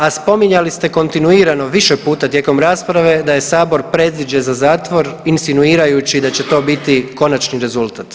A spominjali ste kontinuirano više puta tijekom rasprave da je Sabor predziđe za zatvor insinuirajući da će to biti konačni rezultat.